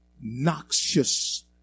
noxious